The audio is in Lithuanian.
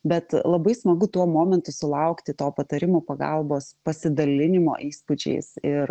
bet labai smagu tuo momentu sulaukti to patarimo pagalbos pasidalinimo įspūdžiais ir